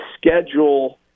schedule –